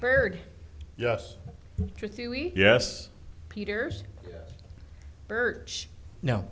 bird yes yes peter's birch no